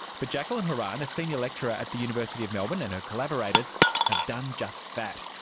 but jacqueline horan, a senior lecturer at the university of melbourne and her collaborators have done just that.